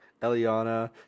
Eliana